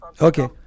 okay